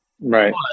Right